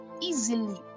easily